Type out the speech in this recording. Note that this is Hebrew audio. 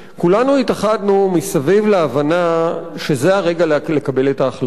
כולנו התאחדנו סביב ההבנה שזה הרגע לקבל את ההחלטות.